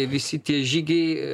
visi tie žygiai